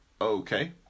Okay